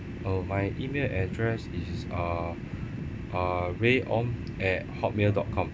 oh my E-mail address is uh uh rey ong at Hotmail dot com